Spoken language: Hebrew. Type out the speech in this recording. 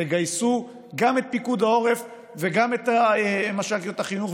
תגייסו גם את פיקוד העורף וגם את מש"קיות החינוך.